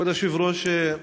כבוד היושב-ראש,